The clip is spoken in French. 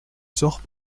sort